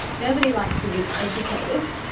nobody likes to be educated,